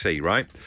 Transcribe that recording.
right